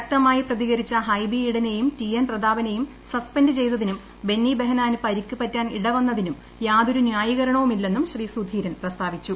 ശക്തമായി പ്രതികരിച്ചു ഹൈബി ഈഡനെയും ടി എൻ പ്രതാപനെയും സസ്പെൻഡ് ചെയ്തതിനും ബെന്നി ബെഹനാൻ പരിക്ക് പറ്റാൻ ഇട വന്നതിനും യാതൊരു ന്യായീകരണവുമില്ലെന്നും ശ്രീ സുധീരൻ പ്രസ്താവിച്ചു